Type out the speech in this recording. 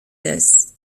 this